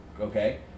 okay